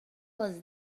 was